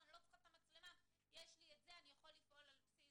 שאתם לא צריכים את המצלמה ואתם יכולים לפעול על בסיס